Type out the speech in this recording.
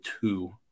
two